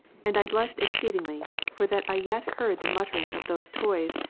and i blushed exceedingly, for that i yet heard the muttering of those toys,